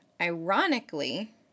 ironically